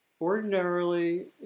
ordinarily